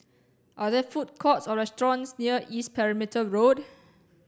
are there food courts or restaurants near East Perimeter Road